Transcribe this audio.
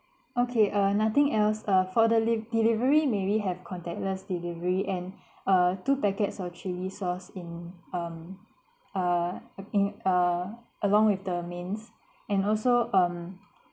okay err nothing else err for the li~ delivery may we have contactless delivery and err two packets of chilli sauce in um uh in uh along with the mains and also um